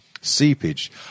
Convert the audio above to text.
Seepage